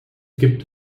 gibt